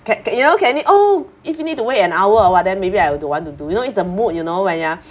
can can you know can it oh if you need to wait an hour or what then maybe I'll don't want to do you know it's the mood you know when you're